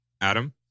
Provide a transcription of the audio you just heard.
Adam